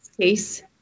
case